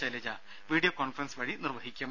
Shailaja video conference വഴി നിർവഹിക്കും